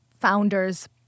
founder's